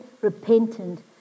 repentant